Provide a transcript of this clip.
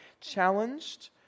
challenged